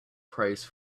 price